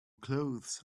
clothes